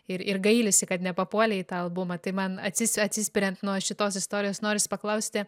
ir ir gailisi kad nepapuolė į tą albumą tai man atsi atsispiriant nuo šitos istorijos norisi paklausti